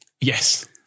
Yes